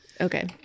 Okay